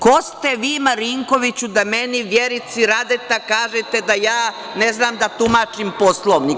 Ko ste vi Marinkoviću da meni Vjerici Radeta kažete da ja ne znam da tumačim Poslovnik?